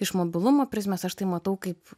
iš mobilumo prizmės aš tai matau kaip